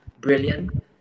brilliant